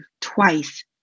twice